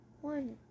One